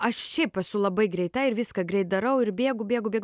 aš šiaip esu labai greita ir viską greit darau ir bėgu bėgu bėgu